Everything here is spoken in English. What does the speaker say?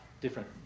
different